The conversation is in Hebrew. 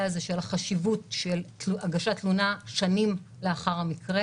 הזה של החשיבות של הגשת תלונה שנים לאחר המקרה.